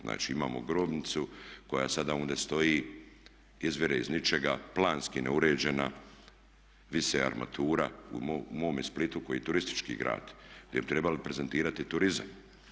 Znači imamo grobnicu koja sada ondje stoji, izvire iz ničega, planski neuređena, visi armatura, u mome Splitu koji je turistički grad gdje bi trebalo prezentirati turizam.